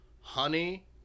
Honey